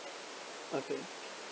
okay